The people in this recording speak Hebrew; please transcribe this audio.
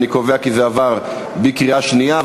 אני קובע כי הצעת החוק עברה בקריאה שנייה.